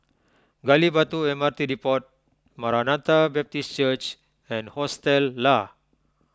Gali Batu M R T Depot Maranatha Baptist Church and Hostel Lah